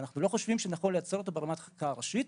אבל אנחנו לא חושבים שנכון לייצר אותו ברמת החקיקה הראשית,